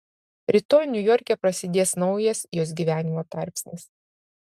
rytoj niujorke prasidės naujas jos gyvenimo tarpsnis